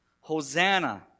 Hosanna